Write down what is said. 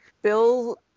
Bill